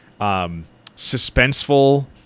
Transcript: suspenseful